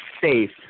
safe